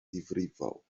difrifol